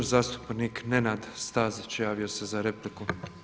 Zastupnik Nenad Stazić javio se za repliku.